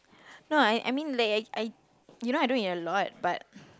no I I mean like I I you know I do it a lot but